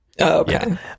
okay